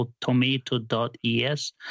tomato.es